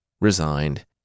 resigned